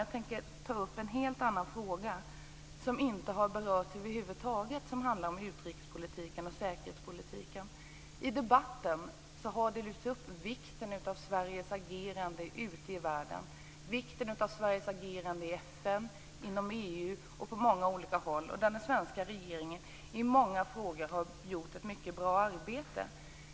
Jag tänker ta upp ett helt annat ämne inom utrikes och säkerhetspolitiken som över huvud taget inte har berörts här. I debatten har man betonat vikten av Sveriges agerande ute i världen och vikten av Sveriges agerande i FN, inom EU och på många olika håll. Den svenska regeringen har i många frågor gjort ett väldigt bra arbete.